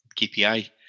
KPI